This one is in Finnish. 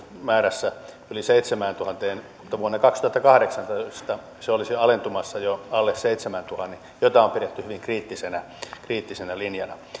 määrässä yli seitsemääntuhanteen mutta vuonna kaksituhattakahdeksantoista se olisi alentumassa jo alle seitsemäntuhannen mitä on pidetty hyvin kriittisenä kriittisenä linjana